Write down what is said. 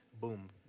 Boom